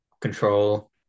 control